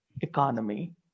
economy